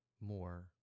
more